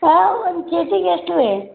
ಹಾಂ ಒಂದು ಕೆ ಜಿಗೆ ಎಷ್ಟು ರೀ